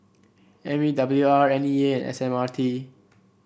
M E W R N E A S M R T